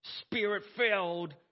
spirit-filled